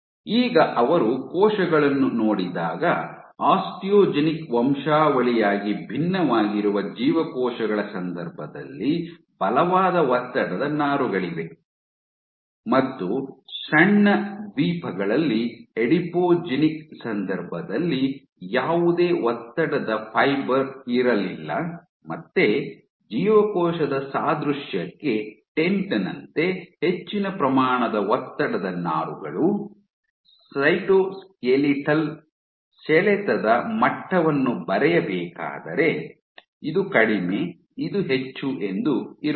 ಈಗ ಅವರು ಕೋಶಗಳನ್ನು ನೋಡಿದಾಗ ಆಸ್ಟಿಯೋಜೆನಿಕ್ ವಂಶಾವಳಿಯಾಗಿ ಭಿನ್ನವಾಗಿರುವ ಜೀವಕೋಶಗಳ ಸಂದರ್ಭದಲ್ಲಿ ಬಲವಾದ ಒತ್ತಡದ ನಾರುಗಳಿವೆ ಮತ್ತು ಸಣ್ಣ ದ್ವೀಪಗಳಲ್ಲಿ ಅಡಿಪೋಜೆನಿಕ್ ಸಂದರ್ಭದಲ್ಲಿ ಯಾವುದೇ ಒತ್ತಡದ ಫೈಬರ್ ಇರಲಿಲ್ಲ ಮತ್ತೆ ಕೋಶದ ಸಾದೃಶ್ಯಕ್ಕೆ ಟೆಂಟ್ ನಂತೆ ಹೆಚ್ಚಿನ ಪ್ರಮಾಣದ ಒತ್ತಡದ ನಾರುಗಳು ಸೈಟೋಸ್ಕೆಲಿಟಲ್ ಸೆಳೆತದ ಮಟ್ಟವನ್ನು ಬರೆಯಬೇಕಾದರೆ ಇದು ಕಡಿಮೆ ಇದು ಹೆಚ್ಚು ಎಂದು ಇರುತ್ತದೆ